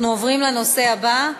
אנחנו עוברים לנושא הבא,